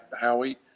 Howie